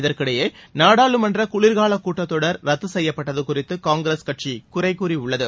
இதற்கிடையே நாடாளுமன்ற குளிர்கால கூட்டத்தொடர் ரத்து செய்யப்பட்டது குறித்து காங்கிரஸ் கட்சி குறைகூறியுள்ளது